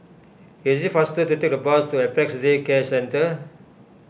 it is faster to take the bus to Apex Day Care Centre